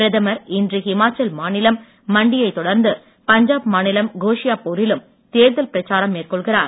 பிரதமர் இன்று ஹிமாச்சல் மாநிலம் மண்டி யைத் தொடர்ந்து பஞ்சாப் மாநிலம் கோஷியாபூ ரிலும் தேர்தல் பிரச்சாரம் மேற்கொள்கிறார்